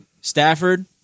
Stafford